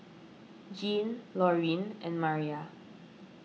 Jeanne Lorene and Mariah